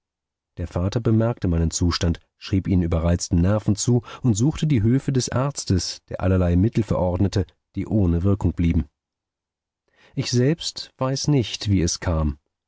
der vater bemerkte meinen zustand schrieb ihn überreizten nerven zu und suchte die hülfe des arztes der allerlei mittel verordnete die ohne wirkung blieben ich weiß selbst nicht wie es kam